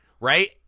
Right